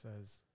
says